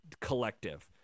collective